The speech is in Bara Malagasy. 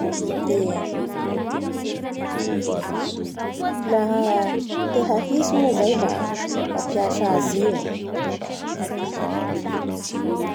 Eeee! La te hahintsy moa zay la mamapiasa azy io